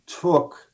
took